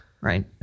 Right